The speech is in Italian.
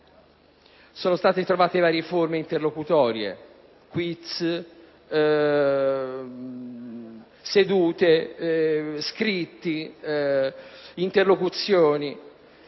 Sono state trovate varie forme interlocutorie, quiz, sedute, scritti, interlocuzioni.